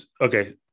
Okay